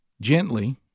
gently